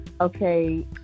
Okay